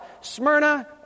Smyrna